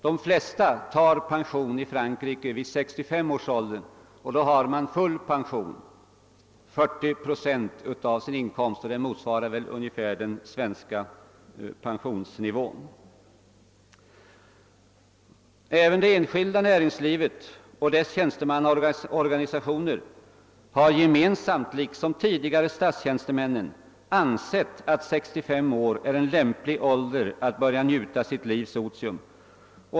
De flesta i Frankrike tar pension vid 65 års ålder, och då får de full pension, 40 procent av sin inkomst, vilket väl ungefär motsvarar den svenska pensionsnivån. Även det enskilda näringslivet och dess tjänstemannaorganisationer har liksom tidigare statstjänstemännen ansett att 65 år är en lämplig ålder att börja njuta sitt livs otium.